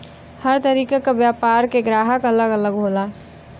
हर तरीके क व्यापार के ग्राहक अलग अलग होला